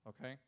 Okay